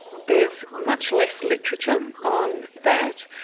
there's much less literature on that.